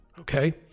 okay